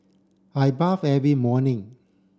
I bath every morning